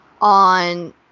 on